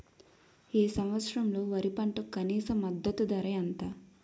ఈ సంవత్సరంలో వరి పంటకు కనీస మద్దతు ధర ఎంత?